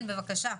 שלום.